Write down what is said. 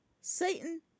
Satan